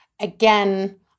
again